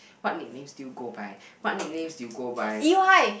what nicknames do you go by what nicknames do you go by